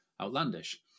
Outlandish